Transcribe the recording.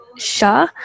Shah